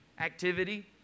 activity